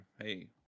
hey